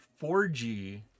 4G